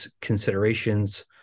considerations